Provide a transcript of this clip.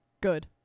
good